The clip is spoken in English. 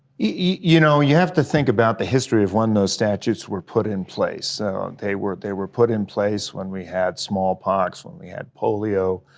you know, you have to think about the history of when those statutes were put in place. so they were they were put in place when we had smallpox, when we had polio.